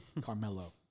Carmelo